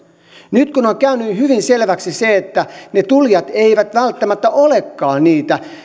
nyt on käynyt hyvin selväksi se että ne tulijat eivät välttämättä olekaan niitä